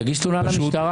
תגיש תלונה למשטרה.